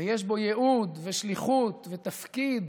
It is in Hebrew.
ויש בו ייעוד, שליחות ותפקיד.